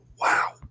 wow